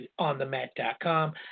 onthemat.com